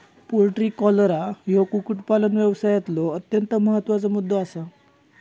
poultry cholera ह्यो कुक्कुटपालन व्यवसायातलो अत्यंत महत्त्वाचा मुद्दो आसा